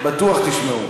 בטוח תשמעו.